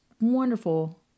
wonderful